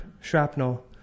shrapnel